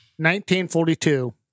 1942